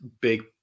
big